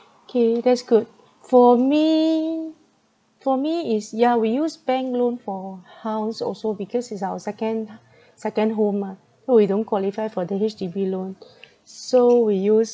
K that's good for me for me is yeah we use bank loan for house also because it's our second ha~ second home mah so we don't qualify for the H_D_B loan so we use